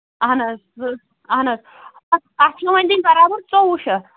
اَہَن حظ سُہ اَہَن حظ اَتھ چھِ وۅنۍ دِنۍ برابر ژوٚوُہ شَتھ